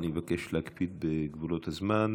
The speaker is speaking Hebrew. אני מבקש להקפיד על גבולות הזמן.